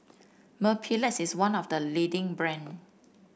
mepilex is one of the leading brands